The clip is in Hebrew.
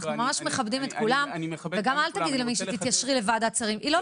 אנחנו ממש מכבדים את כולם וגם אל תגיד למישהי: תתיישרי לפי ועדת שרים.